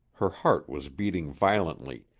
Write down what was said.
her heart was beating violently,